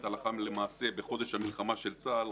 הלכה למעשה בחודש המלחמה של צה"ל,